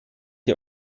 ihr